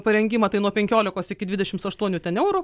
parengimą tai nuo penkiolikos iki dvidešims aštuonių ten eurų